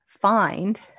find